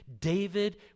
David